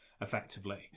effectively